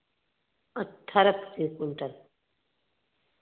अठारह से क्विंटल चा